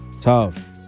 Tough